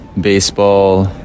baseball